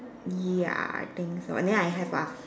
ya I think so and then I have a